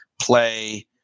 play